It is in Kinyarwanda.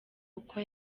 uko